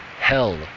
hell